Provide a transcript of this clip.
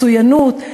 על מצוינות,